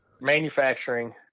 Manufacturing